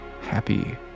happy